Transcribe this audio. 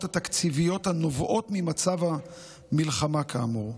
התקציביות הנובעות ממצב המלחמה כאמור.